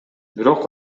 бирок